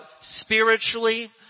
spiritually